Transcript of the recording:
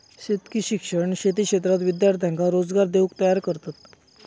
शेतकी शिक्षण शेती क्षेत्रात विद्यार्थ्यांका रोजगार देऊक तयार करतत